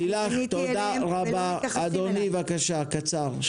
פניתי אליהם והם לא מתייחסים אליי.